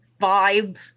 vibe